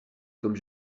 comme